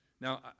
Now